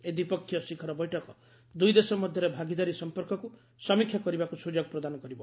ଏହି ଦ୍ୱିପକ୍ଷୀୟ ଶିଖର ବୈଠକ ଦୁଇଦେଶ ମଧ୍ୟରେ ଭାଗିଦାରୀ ସଂପର୍କକୁ ସମୀକ୍ଷା କରିବାକୁ ସୁଯୋଗ ପ୍ରଦାନ କରିବ